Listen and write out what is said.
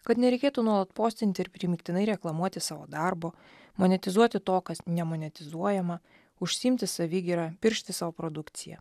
kad nereikėtų nuolat postinti ir primygtinai reklamuoti savo darbo magnetizuoti to kas nemonetizuojama užsiimti savigyra piršti savo produkciją